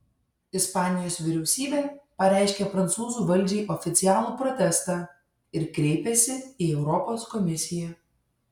ispanijos vyriausybė pareiškė prancūzų valdžiai oficialų protestą ir kreipėsi į europos komisiją